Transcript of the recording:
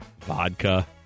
vodka